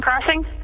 Crossing